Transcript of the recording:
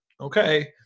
okay